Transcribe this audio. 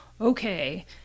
okay